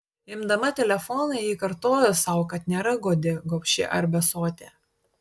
imdama telefoną ji kartojo sau kad nėra godi gobši ar besotė